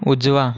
उजवा